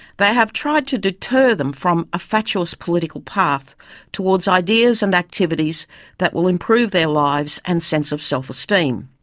they have tried to deter them from a fatuous political path towards ideas and activities that will improve their lives and sense of self esteem.